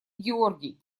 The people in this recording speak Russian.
георгий